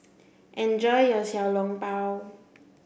enjoy your Xiao Long Bao